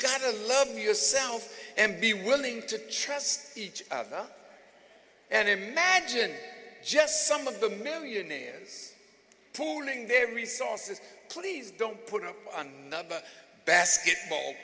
gotta loving yourself and be willing to trust each other and imagine just some of the millionaires pooling their resources please don't put up on the basketball